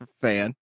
fan